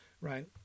right